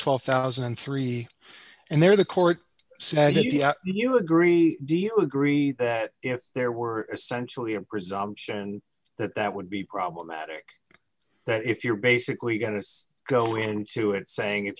twelve thousand and three and there the court said if you agree do you agree that if there were essentially a presumption that that would be problematic if you're basically going to go into it saying if